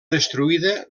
destruïda